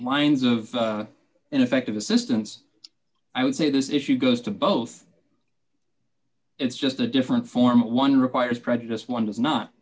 minds of ineffective assistance i would say this issue goes to both it's just a different form one requires prejudice one does not